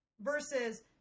versus